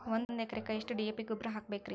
ಒಂದು ಎಕರೆಕ್ಕ ಎಷ್ಟ ಡಿ.ಎ.ಪಿ ಗೊಬ್ಬರ ಹಾಕಬೇಕ್ರಿ?